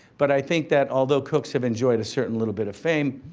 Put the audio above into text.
but i think that although cooks have enjoyed a certain little bit of fame,